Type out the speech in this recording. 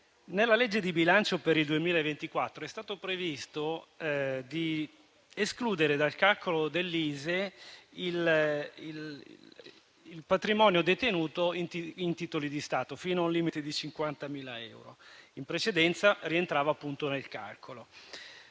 nella legge di bilancio per il 2024 è stato previsto di escludere dal calcolo dell'ISEE il patrimonio detenuto in titoli di Stato, fino a un limite di 50.000 euro che in precedenza rientrava nel calcolo.